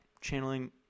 channeling